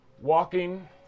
walking